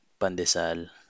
pandesal